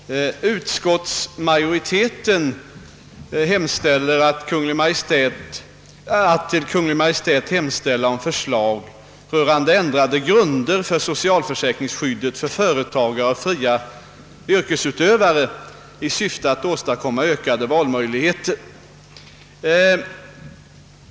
Herr talman! = Utskottsmajoriteten yrkar att riksdagen hos Kungl. Maj:t hemställer om förslag rörande ändrade grunder för socialförsäkringsskyddet för företagare och fria yrkesutövare i syfte att åstadkomma ökade valmöjligheter.